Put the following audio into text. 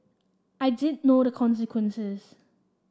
I didn't know the consequences